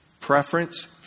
preference